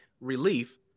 relief